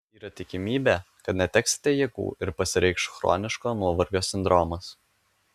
yra tikimybė kad neteksite jėgų ir pasireikš chroniško nuovargio sindromas